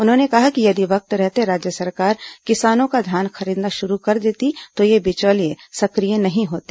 उन्होंने कहा कि यदि वक्त रहते राज्य सरकार किसानों का धान खरीदना शुरू कर देती तो ये बिचौलिये सक्रिय नहीं होते